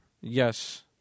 Yes